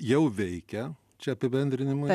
jau veikia čia apibendrinimui